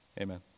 Amen